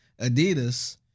Adidas